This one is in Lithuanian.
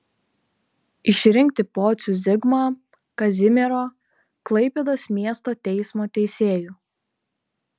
išrinkti pocių zigmą kazimiero klaipėdos miesto teismo teisėju